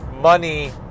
money